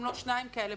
אם לא בשניים כאלה,